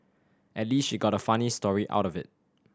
at least she got a funny story out of it